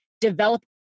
develop